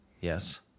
Yes